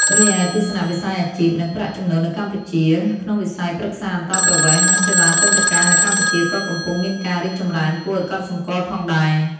រីឯ ទស្សនវិស័យអាជីព និងប្រាក់ចំណូលនៅកម្ពុជា ក្នុងវិស័យប្រឹក្សាអន្តោប្រវេសន៍ និងសេវាទិដ្ឋាការនៅកម្ពុជាក៏កំពុងមានការរីកចម្រើនគួរឱ្យកត់សម្គាល់ផងដែរ។